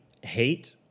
hate